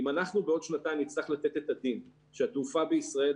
אם אנחנו בעוד שנתיים נצטרך לתת את הדין על כך שהתעופה בישראל,